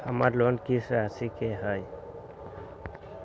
हमर लोन किस्त राशि का हई?